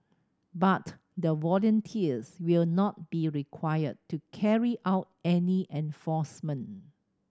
but the volunteers will not be required to carry out any enforcement